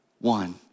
one